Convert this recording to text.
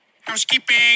housekeeping